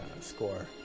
score